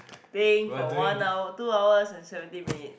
thing for one hour two hours and seventeen minutes